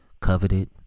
coveted